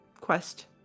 quest